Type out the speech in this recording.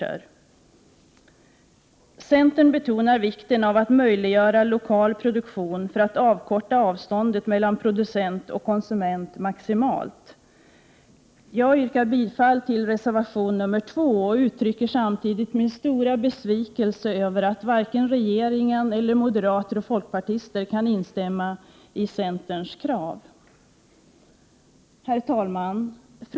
Viicentern betonar vikten av att lokal produktion möjliggörs för att på det sättet göra avståndet mellan producent och konsument så kort som möjligt. Jag yrkar bifall till reservation nr 2 och uttrycker samtidigt min stora besvikelse över att varken regeringen eller moderater eller folkpartister kan instämma i centerns krav. Herr talman!